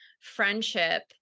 friendship